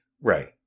right